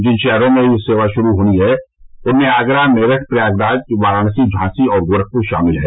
जिन शहरों में यह सेवा शुरू होनी है उनमें आगरा मेरठ प्रयागराज वाराणसी झांसी और गोरखपुर शामिल हैं